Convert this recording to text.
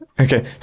Okay